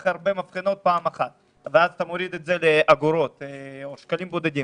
מבחנות פעם אחת אתה מוריד את זה לאגורות או שקלים בודדים